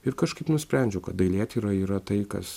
ir kažkaip nusprendžiau kad dailėtyra yra tai kas